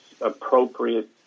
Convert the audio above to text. appropriate